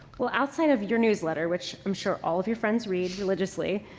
well, outside of your newsletter, which i'm sure all of your friends read religiously,